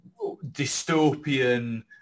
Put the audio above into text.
dystopian